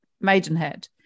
Maidenhead